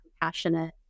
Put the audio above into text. compassionate